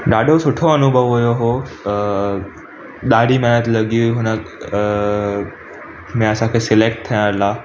ॾाढो सुठो अनुभव हुओ उहो ॾाढी महिनत लॻी हुई हुन में असांखे सिलेक्ट थियण लाइ